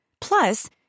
Plus